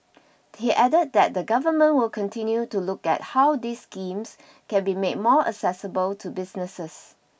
he added that the Government will continue to look at how these schemes can be made more accessible to businesses